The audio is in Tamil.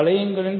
வளையங்களின்